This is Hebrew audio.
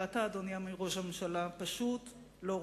ואתה, אדוני ראש הממשלה, פשוט לא רוצה.